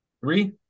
three